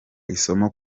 isomo